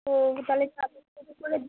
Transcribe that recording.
ও তাহলে সাতাশ কেজি করে দিই